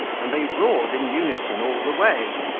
and they roared in unison all the way.